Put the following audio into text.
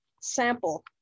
sample